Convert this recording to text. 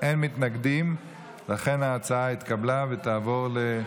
ההצעה להעביר את הצעת חוק איסור הלבנת הון (תיקון,